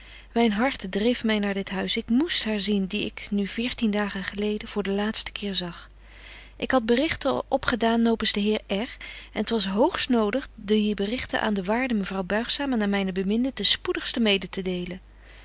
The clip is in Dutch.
myn hart dreef my naar dit huis ik moest haar zien die ik nu veertien dagen geleden voor de laatste keer zag ik had berichten opgedaan nopens den heer r en t was hoogst nodig die berichten aan de waarde mevrouw buigzaam en aan myne beminde ten spoedigsten mede te delen